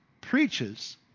preaches